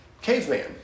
caveman